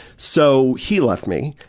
so, he left me.